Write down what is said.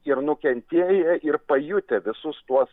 ir nukentėję ir pajutę visus tuos